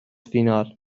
فینال